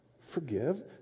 Forgive